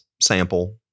sample